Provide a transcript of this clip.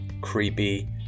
creepy